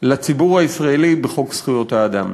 לציבור הישראלי ביום זכויות האדם.